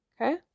Okay